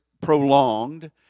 prolonged